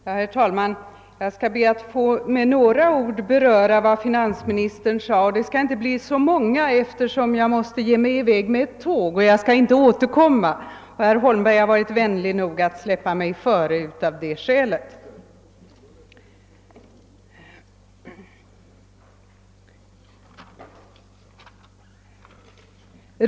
Herr talman! Jag skall helt kort beröra vad finansministern här sagt. Det skall inte bli så många ord, eftersom jag måste ge mig i väg med ett tåg; herr Holmberg har varit vänlig nog att släppa mig före på talarlistan av det skälet.